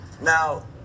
Now